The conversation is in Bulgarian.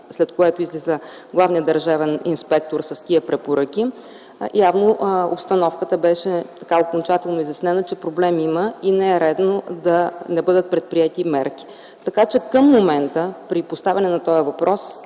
след което излиза главният държавен инспектор с тези препоръки, явно обстановката беше окончателно изяснена, че проблем има и не е редно да не бъдат предприети мерки. Към момента при поставяне на този въпрос